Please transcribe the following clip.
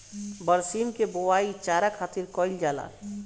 बरसीम के बोआई चारा खातिर कईल जाला